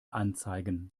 anzeigen